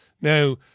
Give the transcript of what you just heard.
Now